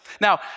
Now